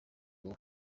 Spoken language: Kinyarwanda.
wowe